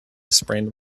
sprained